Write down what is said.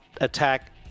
attack